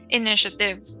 initiative